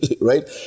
right